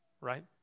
right